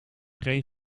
geen